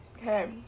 Okay